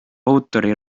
autori